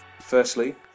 Firstly